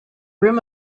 rim